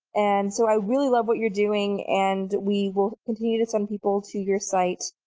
and so i really love what you're doing and we will continue to some people to your site.